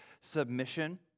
submission